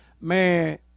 Man